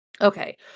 Okay